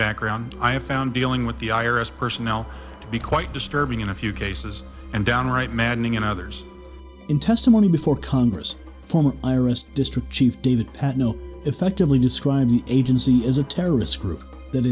background i have found dealing with the i r s personnel to be quite disturbing in a few cases and downright maddening in others in testimony before congress from iris district chief david had no effectively describe the agency is a terrorist group that